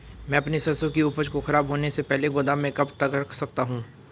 मैं अपनी सरसों की उपज को खराब होने से पहले गोदाम में कब तक रख सकता हूँ?